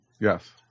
Yes